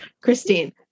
Christine